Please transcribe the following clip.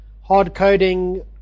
hard-coding